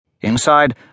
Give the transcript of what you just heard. Inside